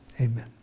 amen